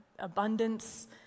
abundance